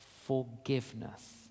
forgiveness